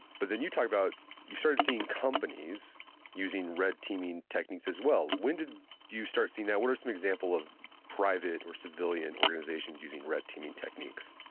but then you talked about, you started seeing companies using red teaming techniques as well. when did you start seeing that? what are some example of private or civilian organizations using red teaming techniques?